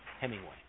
Hemingway